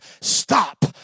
stop